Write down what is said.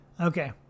Okay